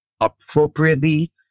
appropriately